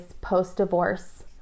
post-divorce